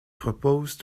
propose